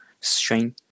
strength